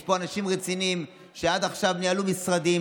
יש פה אנשים רציניים שעד עכשיו ניהלו משרדים,